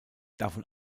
davon